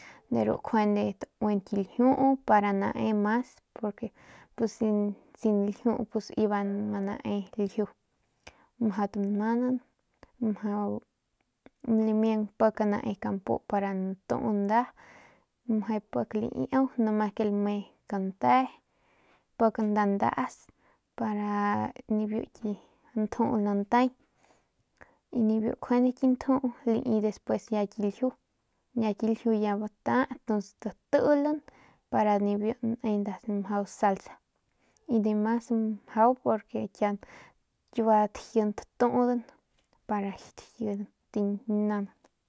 Ki ljiuu para nae mas pus sin ljiu iba ma nae mas ljiu mjau tamanan mjau lamiang pik nae kampu pik ntuu nda meje pik laiau nomas ke lame kante pik nda ndaas para ke nibiu ki njuu nantay y nibiu ki njuu lai despues ki ljiu ya bata ntuns tatilan para nibiu nda ne nda mjau salsa y njiy mas mjau porque kiua tajin tatun para tajin nanan.